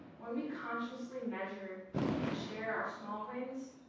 when we consciously measure and share our small wins,